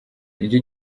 nicyo